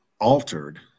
altered